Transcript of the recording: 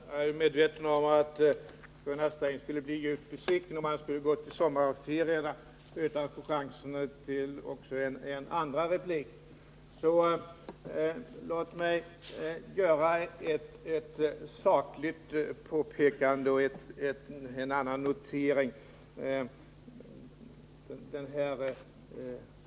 Herr talman! Jag är medveten om att Gunnar Sträng skulle bli djupt besviken, om han skulle få gå ut till sommarferierna utan att få chansen till en andra replik. Låt mig göra ett sakligt påpekande och en annan notering.